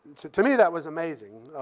to to me, that was amazing.